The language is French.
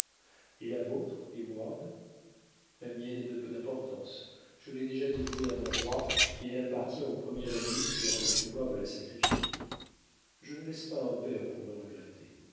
et la vôtre heyward la mienne est de peu d'importance je l'ai déjà dévouée à mon roi et elle appartient au premier ennemi qui aura le pouvoir de la sacrifier je ne laisse pas un père pour me regretter